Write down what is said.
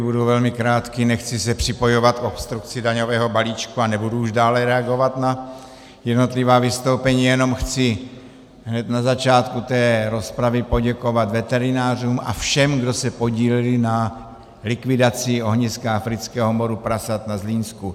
Budu velmi krátký, nechci se připojovat k obstrukci daňového balíčku a nebudu už dále reagovat na jednotlivá vystoupení, jenom chci hned na začátku té rozpravy poděkovat veterinářům a všem, kdo se podíleli na likvidaci ohniska afrického moru prasat na Zlínsku.